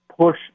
push